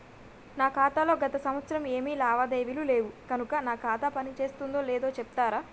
నా ఖాతా లో గత సంవత్సరం ఏమి లావాదేవీలు లేవు కనుక నా ఖాతా పని చేస్తుందో లేదో చెప్తరా?